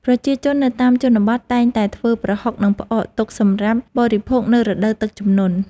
ប្រជាជននៅតាមជនបទតែងតែធ្វើប្រហុក និងផ្អកទុកសម្រាប់បរិភោគនៅរដូវទឹកជំនន់។